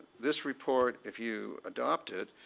this report if you adopt it,